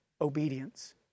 obedience